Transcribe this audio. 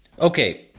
Okay